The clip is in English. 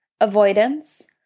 avoidance